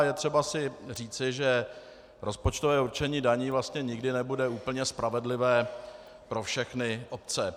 Je třeba si říci, že rozpočtové určení daní vlastně nikdy nebude úplně spravedlivé pro všechny obce.